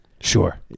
Sure